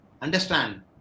understand